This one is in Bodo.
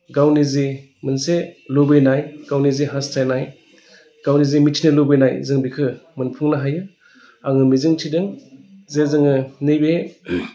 गावनि जि मोनसे लुबैनाय गावनि जि हास्थायनाय गावनि जि मिथिनो लुबैनाय जों बेखो मोनफुंनो हायो आं मिजिंथिदों जे जोङो नैबे